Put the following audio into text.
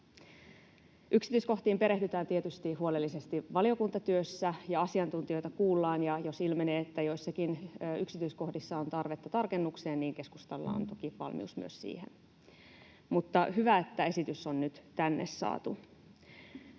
Yksityiskohtiin perehdytään tietysti huolellisesti valiokuntatyössä ja asiantuntijoita kuullaan, ja jos ilmenee, että joissakin yksityiskohdissa on tarvetta tarkennukseen, niin keskustalla on toki valmius myös siihen. Mutta on hyvä, että esitys on nyt tänne saatu.